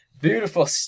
beautiful